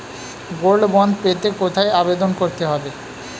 Gold bond পেতে কোথায় আবেদন করতে হবে?